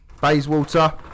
Bayswater